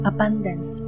Abundance